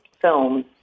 films